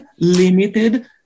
limited